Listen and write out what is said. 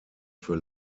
für